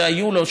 שהיו לו,